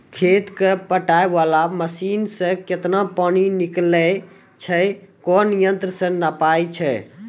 खेत कऽ पटाय वाला मसीन से केतना पानी निकलैय छै कोन यंत्र से नपाय छै